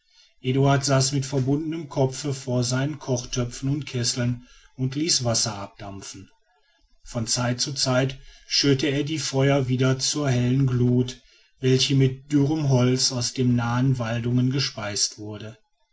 eduard saß mit verbundenem kopfe vor seinen kochtöpfen und kesseln und ließ wasser abdampfen von zeit zu zeit schürte er die feuer wieder zur hellen glut welche mit dürren holz aus den nahen waldungen gespeist wurde